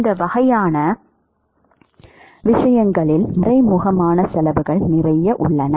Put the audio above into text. இந்த வகையான விஷயங்களில் மறைமுகமான செலவுகள் நிறைய உள்ளன